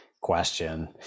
question